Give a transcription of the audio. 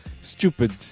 stupid